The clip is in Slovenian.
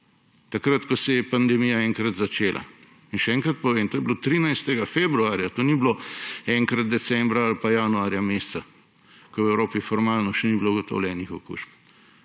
takrat, ko se je pandemija enkrat začela. In še enkrat povem, to je bilo 13. februarja, to ni bilo enkrat decembra ali pa januarja, ko v Evropi formalno še ni bilo ugotovljenih okužb.